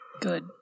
Good